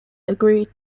agreed